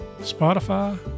Spotify